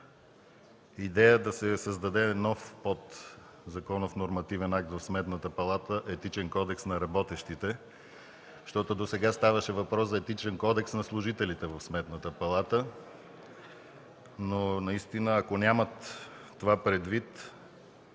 идея да се създаде нов подзаконов нормативен акт в Сметната палата – Етичен кодекс на работещите, защото досега ставаше въпрос за Етичен кодекс на служителите в Сметната палата. Ако нямат това предвид,